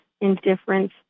indifference